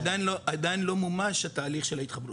עדיין לא מומש התהליך של ההתחברות.